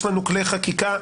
יש לנו כלי חקיקה.